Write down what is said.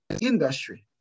industry